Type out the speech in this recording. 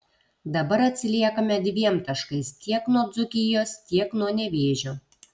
dabar atsiliekame dviem taškais tiek nuo dzūkijos tiek nuo nevėžio